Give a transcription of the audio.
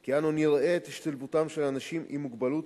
כי אנו נראה את השתלבותם של אנשים עם מוגבלות